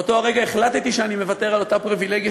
באותו רגע החלטתי שאני מוותר על אותה פריבילגיה